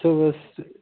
صُبحس تہٕ